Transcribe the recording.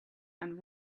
and